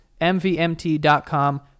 mvmt.com